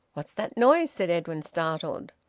what's that noise? said edwin, startled.